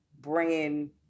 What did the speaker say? bringing